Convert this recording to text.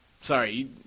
Sorry